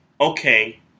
okay